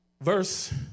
verse